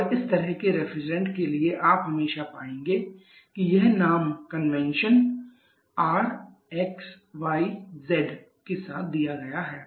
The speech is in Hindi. और इस तरह के रेफ्रिजरेंट के लिए आप हमेशा पाएंगे कि यह नाम कन्वेंशन Rxyz के साथ दिया गया है